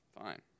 fine